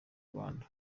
rwanda